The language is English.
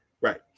Right